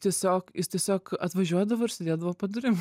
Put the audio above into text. tiesiog jis tiesiog atvažiuodavo ir sėdėdavo po durim